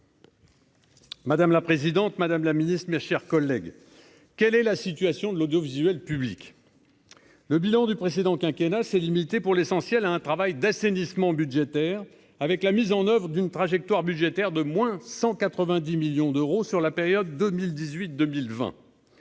Madame la présidente, Madame la Ministre, mes chers collègues, quelle est la situation de l'audiovisuel public le bilan du précédent quinquennat c'est limité pour l'essentiel à un travail d'assainissement budgétaire avec la mise en oeuvre d'une trajectoire budgétaire de moins 190 millions d'euros sur la période 2018, 2020